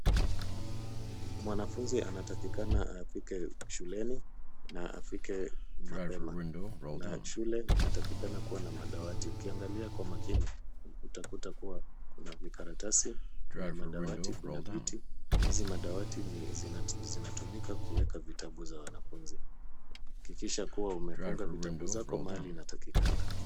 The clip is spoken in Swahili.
Mwanafunzi anatakikana afike shuleni na afike mapema. Kuna shule inatakikana kuwa na madawati ukiangalia kwa makini utakuta kuwa, kuna vikaratasi, kuna madawati, kuna viti na wanafunzi. Na hizi madawati zinatumika kuweka vitabu za wanafunzi. Hakikisha kuwa umefunga vitabu zako mahali inatakikana.